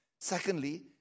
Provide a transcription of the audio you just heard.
Secondly